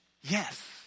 Yes